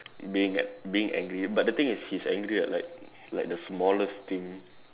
being at being angry but the thing is he is angry at like like the smallest thing